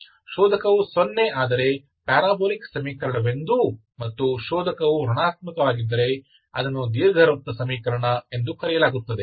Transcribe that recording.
ಶೋಧಕವು ಸೊನ್ನೆ ಆದರೆ ಪ್ಯಾರಾಬೋಲಿಕ್ ಸಮೀಕರಣವೆಂದೂ ಮತ್ತು ಶೋಧಕವು ಋಣಾತ್ಮಕವಾಗಿದ್ದರೆ ಅದನ್ನು ದೀರ್ಘವೃತ್ತ ಸಮೀಕರಣ ಎಂದು ಕರೆಯಲಾಗುತ್ತದೆ